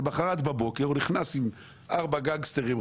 ולמוחרת בבוקר הוא נכנס עם ארבעה גנגסטרים,